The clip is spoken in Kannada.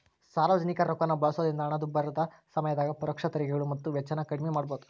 ಸಾರ್ವಜನಿಕರ ರೊಕ್ಕಾನ ಬಳಸೋದ್ರಿಂದ ಹಣದುಬ್ಬರದ ಸಮಯದಾಗ ಪರೋಕ್ಷ ತೆರಿಗೆಗಳು ಮತ್ತ ವೆಚ್ಚನ ಕಡ್ಮಿ ಮಾಡಬೋದು